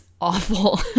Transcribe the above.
awful